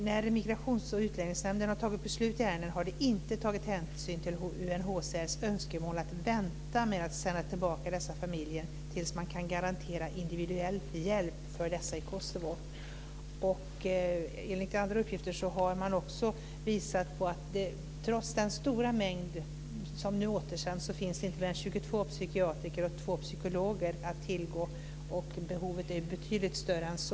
När Migrationsverket och Utlänningsnämnden har fattat beslut i ärendet har de inte tagit hänsyn till UNHCR:s önskemål att vänta med att sända tillbaka dessa familjer tills man kan garantera individuell hjälp för dem i Kosovo. Enligt andra uppgifter har det också visat sig att det trots den stora mängd som nu återsänds inte finns mer än 22 psykiatriker och två psykologer att tillgå. Behovet är betydligt större än så.